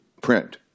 Print